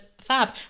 fab